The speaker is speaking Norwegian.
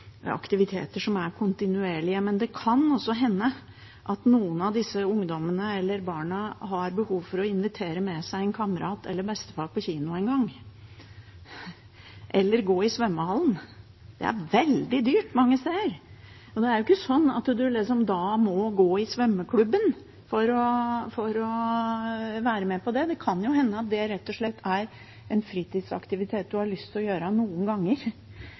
aktiviteter som er kontinuerlige, men det kan også hende at noen av disse ungdommene eller barna har behov for å invitere med seg en kamerat eller bestefar på kino en gang, eller gå i svømmehallen. Det er veldig dyrt mange steder. Det er ikke sånn at man da må gå i svømmeklubben for å være med på det. Det kan hende at det rett og slett er en fritidsaktivitet man har lyst til å drive med noen ganger.